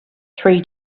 three